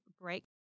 break